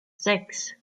sechs